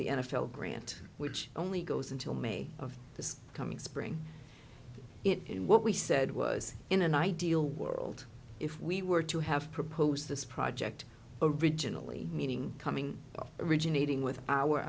the n f l grant which only goes until may of this coming spring it and what we said was in an ideal world if we were to have proposed this project originally meaning coming originating with our